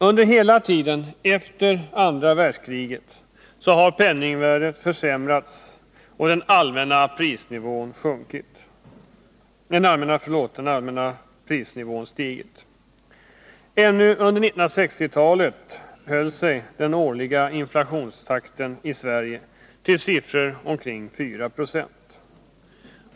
Under hela tiden efter det andra världskriget har penningvärdet försämrats och den allmänna prisnivån stigit. Ännu under 1960-talet höll sig den årliga inflationstakten i Sverige till siffror kring 4 26.